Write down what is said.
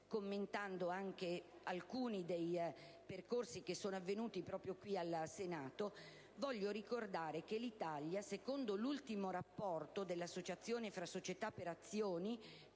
commentando alcuni percorsi avvenuti proprio qui, al Senato, voglio ricordare che in Italia, secondo l'ultimo rapporto dell'Associazione fra società per azioni,